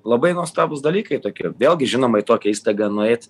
labai nuostabūs dalykai tokie vėlgi žinoma į tokią įstaigą nueit